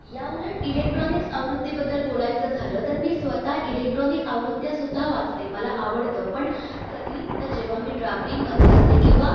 या उलट इलेक्ट्रॉनिक्स आवृत्तीबद्दल बोलायचं झालं तर मी स्वतः इलेक्ट्रॉनिक आवृत्त्यासुद्धा वाचते मला आवडतं पण कधी तर जेव्हा मी ट्रॅव्हलिंगमध्ये असते किंवा